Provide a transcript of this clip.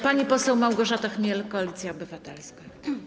Pani poseł Małgorzata Chmiel, Koalicja Obywatelska.